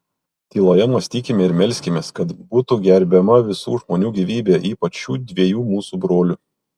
tyloje mąstykime ir melskimės kad būtų gerbiama visų žmonių gyvybė ypač šių dviejų mūsų brolių